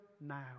now